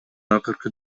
акыркы